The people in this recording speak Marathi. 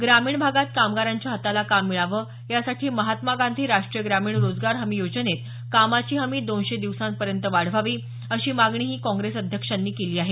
ग्रामीण भागात कामगारांच्या हाताला काम मिळावं यासाठी महात्मा गांधी राष्ट्रीय ग्रामीण रोजगार हमी योजनेत कामाची हमी दोनशे दिवसांपर्यंत वाढवावी अशी मागणीही काँग्रेस अध्यक्षांनी केली आहे